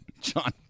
John